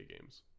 games